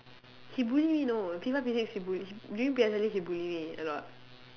he bully me you know P five P six he bully me during P_S_L_E he bully me a lot